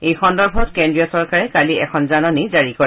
এই সন্দৰ্ভত কেন্দ্ৰীয় চৰকাৰে কালি এখন জাননী জাৰি কৰে